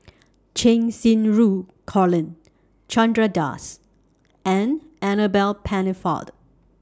Cheng Xinru Colin Chandra Das and Annabel Pennefather